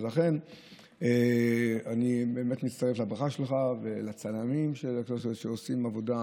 לכן אני מצטרף לברכה שלך, ולצלמים, שעושים עבודה